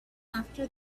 after